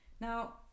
Now